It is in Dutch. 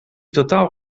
totaal